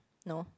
no